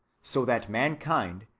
so that mankind,